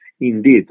indeed